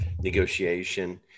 negotiation